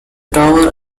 tower